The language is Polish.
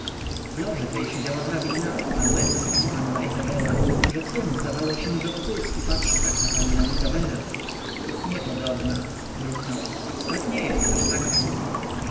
w loży tej siedziała hrabina pan łęcki i panna izabela rzeckiemu zdawało się że wokulski patrzy tak na pannę izabelę niepodobna mruknął stach nie jest aż tak głupi